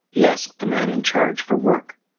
he asked the man in charge for work.